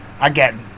Again